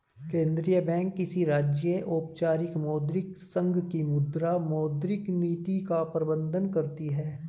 केंद्रीय बैंक किसी राज्य, औपचारिक मौद्रिक संघ की मुद्रा, मौद्रिक नीति का प्रबन्धन करती है